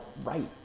right